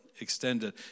extended